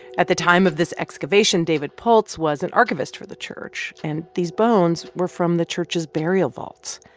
at the time of this excavation, david pultz was an archivist for the church. and these bones were from the church's burial vaults.